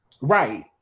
right